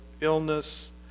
illness